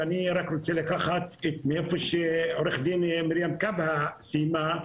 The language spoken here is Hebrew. ואני רק רוצה לקחת את זה מאיפה שעו"ד מרים כבהא סיימה.